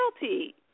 guilty